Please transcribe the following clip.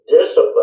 discipline